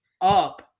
up